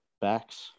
backs